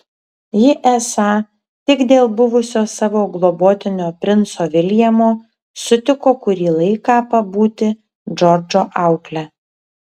ji esą tik dėl buvusio savo globotinio princo viljamo sutiko kurį laiką pabūti džordžo aukle